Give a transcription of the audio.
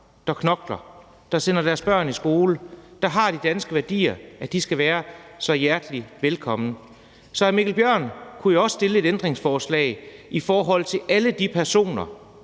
der knokler, der sender deres børn i skole, der har de danske værdier, skal være så hjertelig velkomne. Så hr. Mikkel Bjørn kunne jo også stille et ændringsforslag i forhold til alle de personer,